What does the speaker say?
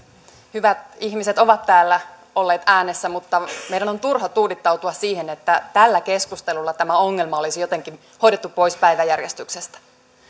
hyvät ihmiset ovat täällä olleet äänessä mutta meidän on turha tuudittautua siihen että tällä keskustelulla tämä ongelma olisi jotenkin hoidettu pois päiväjärjestyksestä